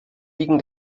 liegen